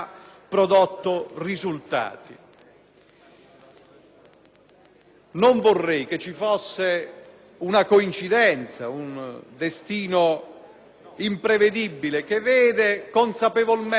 Non vorrei che ci fosse una coincidenza, un destino imprevedibile che vede consapevolmente o inconsapevolmente alleati i settori